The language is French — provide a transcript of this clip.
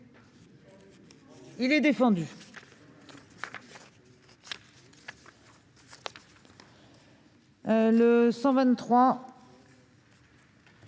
Il est défendu.